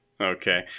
Okay